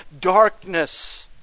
darkness